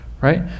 right